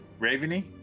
Raveny